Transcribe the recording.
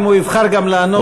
אם הוא יבחר גם לענות הוא,